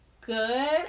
good